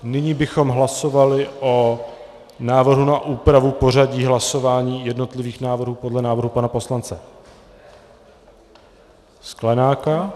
Nyní bychom hlasovali o návrhu na úpravu pořadí hlasování jednotlivých návrhů podle návrhu pana poslance Sklenáka?